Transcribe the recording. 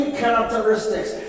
characteristics